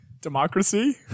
democracy